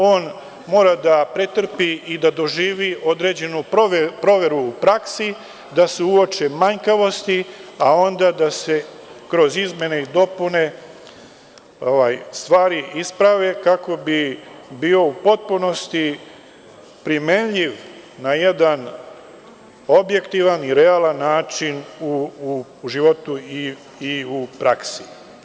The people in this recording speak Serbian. On mora da pretrpi i da doživi određenu proveru u praksi, da se uoče manjkavosti, a onda da se kroz izmene i dopune stvari isprave, kako bi bio u potpunosti primenljiv na jedan objektivan i realan način u životu i u praksi.